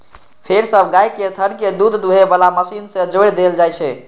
फेर सब गाय केर थन कें दूध दुहै बला मशीन सं जोड़ि देल जाइ छै